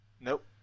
Nope